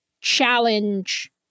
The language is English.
challenge